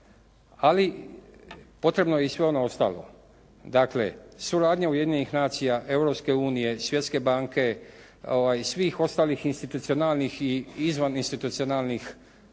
ali potrebno je i sve ono ostalo. Dakle suradnja Ujedinjenih nacija, Europske unije, Svjetske banke i svih ostalih institucionalnih i izvan institucionalnih